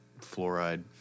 fluoride